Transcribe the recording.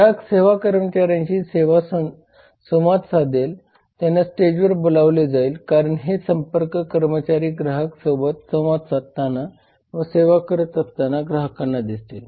ग्राहक सेवा कर्मचाऱ्यांशी संवाद साधेल त्यांना स्टेजवर बोलावले जाईल कारण हे संपर्क कर्मचारी ग्राहका सोबत संवाद साधताना व सेवा करत असताना ग्राहकांना दिसतील